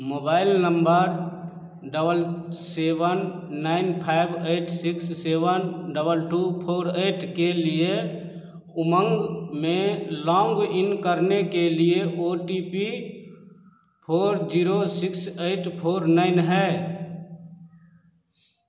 mobile number double seven nine five eight six seven double two four eight के लिए उमंग में log in करने के लिए O T P four zero six eight four nine है